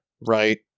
right